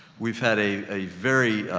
we've had a, a very, ah,